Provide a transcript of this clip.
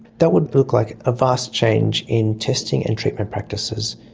that would look like a vast change in testing and treatment practices.